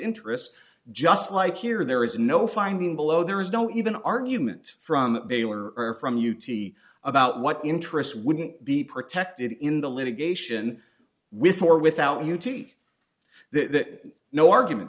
interests just like here there is no finding below there is no even argument from baylor or from u t about what interest wouldn't be protected in the litigation with or without you take that no argument